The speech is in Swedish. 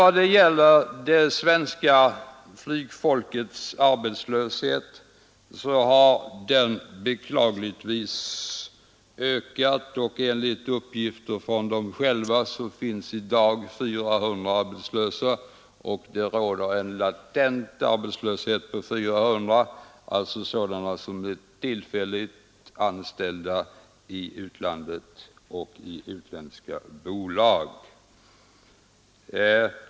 Vad sedan gäller det svenska flygfolkets arbetslöshet har den beklagligtvis ökat, och enligt uppgifter från de flyganställda själva går i dag 400 personer arbetslösa. Det finns vidare en latent arbetslöshet som omfattar 400 personer — alltså sådana som är tillfälligt anställda i utlandet och i utländska bolag.